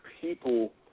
people